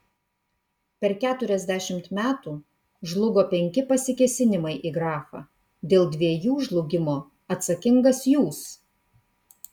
per keturiasdešimt metų žlugo penki pasikėsinimai į grafą dėl dviejų žlugimo atsakingas jūs